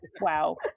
Wow